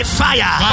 fire